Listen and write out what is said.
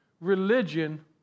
religion